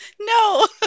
No